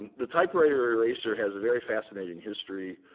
the typewriter eraser has a very fascinating history.